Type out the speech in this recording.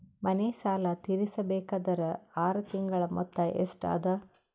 ಮನೆ ಸಾಲ ತೀರಸಬೇಕಾದರ್ ಆರ ತಿಂಗಳ ಮೊತ್ತ ಎಷ್ಟ ಅದ?